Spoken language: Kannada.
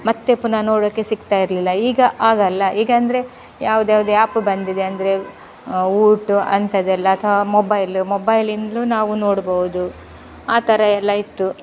ಮತ್ತೆ ಪುನಃ ನೋಡಕ್ಕೆ ಸಿಕ್ತಾ ಇರ್ಲಿಲ್ಲ ಈಗ ಆಗೋಲ್ಲ ಈಗ ಅಂದರೆ ಯಾವ್ದ್ಯಾವ್ದು ಆ್ಯಪು ಬಂದಿದೆ ಅಂದರೆ ವೂಟು ಅಂಥದ್ದೆಲ್ಲ ಅಥವಾ ಮೊಬೈಲು ಮೊಬೈಲಿಂದಲೂ ನಾವು ನೋಡ್ಬೋದು ಆ ಥರ ಎಲ್ಲ ಇತ್ತು